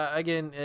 again